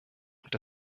und